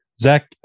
Zach